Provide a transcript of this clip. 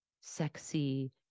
sexy